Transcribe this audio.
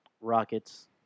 Rockets